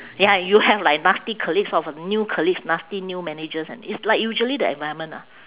ya you have like nasty colleagues or new colleagues nasty new managers and it's like usually the environment ah